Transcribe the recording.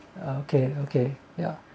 ya okay okay ya